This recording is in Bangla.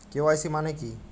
কে.ওয়াই.সি মানে কী?